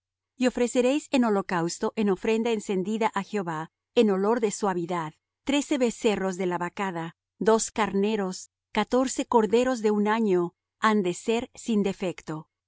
y ofreceréis en holocausto en ofrenda encendida á jehová en olor de suavidad trece becerros de la vacada dos carneros catorce corderos de un año han de ser sin defecto